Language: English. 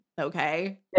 okay